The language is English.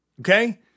Okay